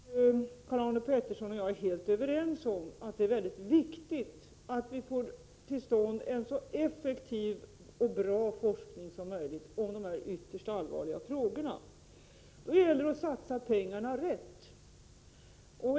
Herr talman! Karl-Anders Petersson och jag är helt överens om att det är viktigt att få till stånd en så effektiv och bra forskning som möjligt om dessa ytterst allvarliga frågor. Det gäller då att satsa pengarna på rätt sätt.